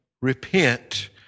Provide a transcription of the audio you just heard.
repent